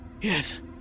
yes